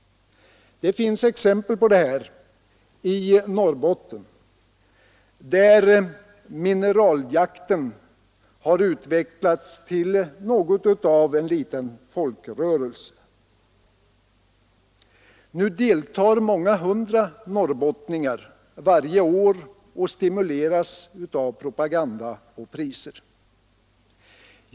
Det finns exempel på detta i Norrbotten där ”mineraljakten” har utvecklats till något av en folkrörelse. Nu deltar många hundra norrbottningar varje år och stimuleras av propaganda och priser.